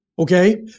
Okay